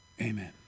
Amen